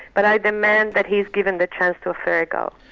but i demand that he's given the chance to a fair go.